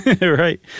Right